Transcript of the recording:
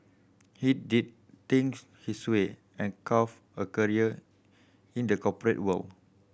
he did things his way and carved a career in the corporate world